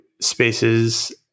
spaces